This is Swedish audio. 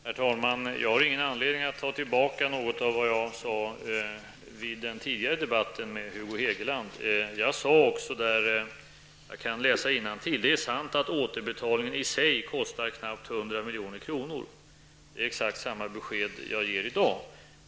Herr talman! Jag har ingen anledning att ta tillbaka något av vad jag sade i den tidigare debatten med Hugo Hegeland. Jag sade då: ''Det är sant att återbetalningen i sig kostar knappt 100 milj.kr.'' Det är exakt samma besked som jag ger i dag.